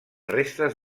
restes